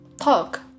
talk